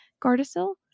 Gardasil